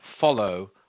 follow